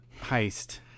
heist